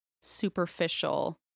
superficial